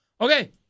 Okay